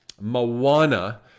moana